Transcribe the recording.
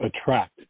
attract